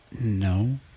No